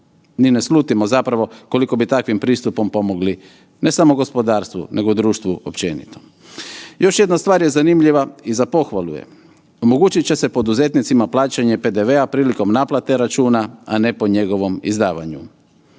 Ni ne slutimo zapravo koliko bi takvim pristupom pomogli, ne samo gospodarstvu nego društvu općenito. Još jedna stvar je zanimljiva i za pohvalu je. Omogućit će se poduzetnicima plaćanje PDV-a prilikom naplate računa, a ne po njegovom izdavanju.